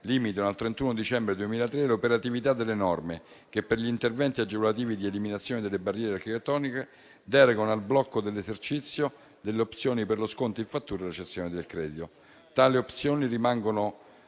limitano al 31 dicembre 2023 l'operatività delle norme che, per gli interventi agevolativi di eliminazione delle barriere architettoniche, derogano al blocco dell'esercizio delle opzioni per lo sconto in fattura e cessione del credito. Tali opzioni rimangono